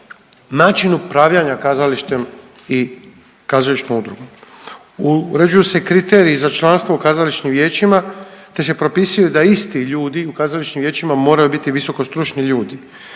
način upravljanja kazalištem i kazališnom udrugom, uređuju se kriteriji za članstvo u kazališnim vijećima, te se propisuju da isti ljudi u kazališnim vijećima moraju biti visokostručni ljudi,